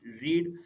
read